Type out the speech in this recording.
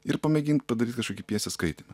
ir pamėgint padaryt kažkokį pjesės skaitymą